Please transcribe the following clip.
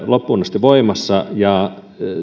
loppuun asti voimassa ja